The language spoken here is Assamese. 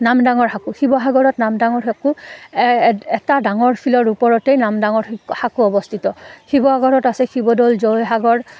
নামডাঙৰ সাঁকো শিৱসাগৰত নামডাঙৰ সাঁকো এটা ডাঙৰ শিলৰ ওপৰতেই নামডাঙৰ সাঁকো অৱস্থিত শিৱসাগৰত আছে শিৱদৌল জয়সাগৰ